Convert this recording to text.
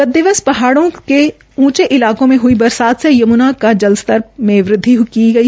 गत दिवस पहाड़ों के ऊंचे इलाकों में हुई बरसात से यमुना के जल स्तर में वृद्धि दर्ज की गई